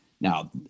Now